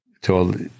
told